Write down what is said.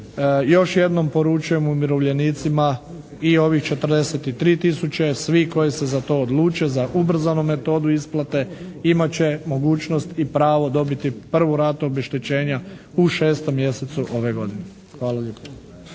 još jednom poručujem umirovljenicima i ovih 43 tisuće svi koji se za to odluče za ubrzanu metodu isplate imat će mogućnost i pravo dobiti prvu ratu obeštećenja u 6. mjesecu ove godine. Hvala lijepo.